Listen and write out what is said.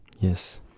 yes